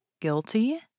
Guilty